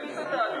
נתחיל את התהליך.